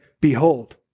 Behold